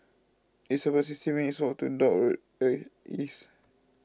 it's about sixty minutes' walk to Dock Road East